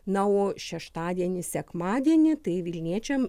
na o šeštadienį sekmadienį tai vilniečiam